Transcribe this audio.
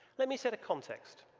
let me set a context.